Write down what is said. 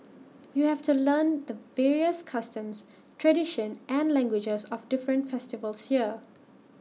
you have to learn the various customs tradition and languages of different festivals here